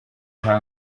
nta